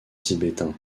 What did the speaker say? tibétain